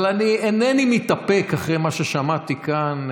אבל אינני מתאפק, אחרי מה ששמעתי כאן,